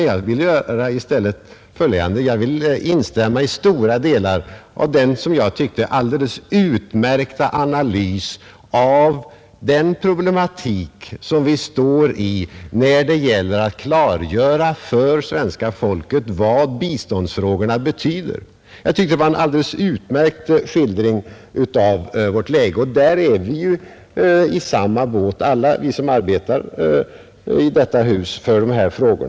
Jag vill i stället instämma i stora delar av den, som jag tyckte, alldeles utmärkta analys av den problematik som vi står inför när det gäller att klargöra för svenska folket vad biståndsfrågorna betyder. Det var en alldeles utmärkt skildring av vårt läge, och där är vi i samma båt, alla vi som arbetar i detta hus för dessa frågor.